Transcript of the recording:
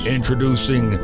Introducing